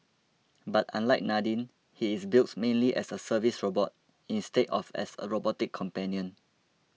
but unlike Nadine he is built mainly as a service robot instead of as a robotic companion